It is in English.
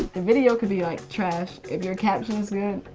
the video could be like trash, if your caption's good,